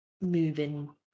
moving